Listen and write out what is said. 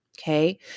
Okay